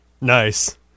Nice